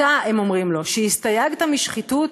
אתה, הם אומרים לו, שהסתייגת משחיתות,